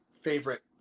favorite